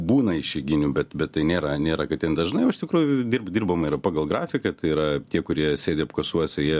būna išeiginių bet bet tai nėra nėra kad ten dažnai o iš tikrųjų dirbama yra pagal grafiką tai yra tie kurie sėdi apkasuose jie